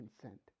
consent